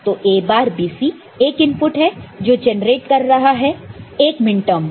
तो A बार B C एक इनपुट है जो जेनरेट कर रहा है 1 मिनटर्म को